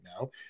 now